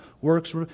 works